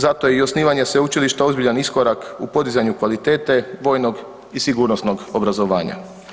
Zato je i osnivanje Sveučilišta ozbiljan iskorak u podizanju kvalitete vojnog i sigurnosnog obrazovanja.